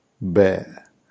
bear